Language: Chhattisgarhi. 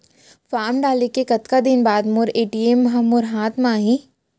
फॉर्म डाले के कतका दिन बाद मोर ए.टी.एम ह मोर हाथ म आही?